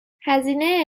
هزینه